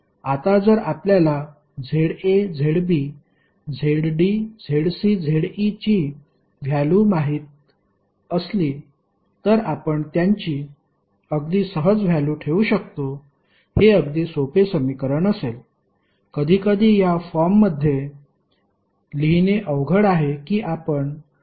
आता जर आपल्याला ZAZBZDZCZE ची व्हॅल्यु माहित असली तर आपण त्यांची अगदी सहज व्हॅल्यु ठेवू शकतो हे अगदी सोपे समीकरण असेल कधीकधी या फॉर्ममध्ये लिहणे अवघड आहे की आपण वैकल्पिकपणे काय करू शकतो